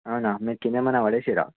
అవునా మీరు క్రింద ఏమైనా పడేసారా